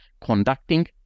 conducting